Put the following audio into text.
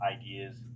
ideas